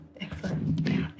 Excellent